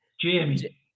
Jamie